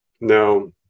Now